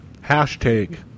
hashtag